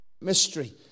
mystery